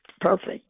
perfect